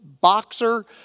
boxer